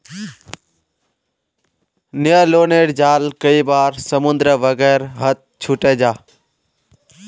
न्य्लोनेर जाल कई बार समुद्र वगैरहत छूटे जाह